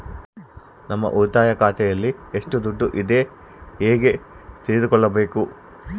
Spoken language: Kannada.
ನಮ್ಮ ಉಳಿತಾಯ ಖಾತೆಯಲ್ಲಿ ಎಷ್ಟು ದುಡ್ಡು ಇದೆ ಹೇಗೆ ತಿಳಿದುಕೊಳ್ಳಬೇಕು?